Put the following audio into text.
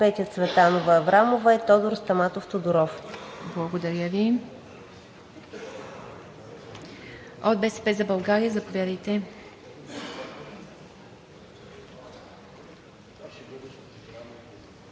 Благодаря Ви. От „БСП за България“, заповядайте.